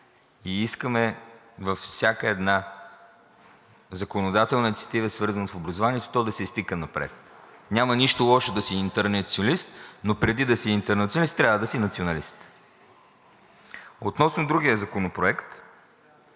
и искаме във всяка една законодателна инициатива, свързана с образованието, то да се изтика напред. Няма нищо лошо да си интернационалист, но преди да си интернационалист, трябва да си националист. Относно другия законопроект.